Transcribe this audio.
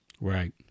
Right